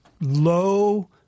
low